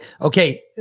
Okay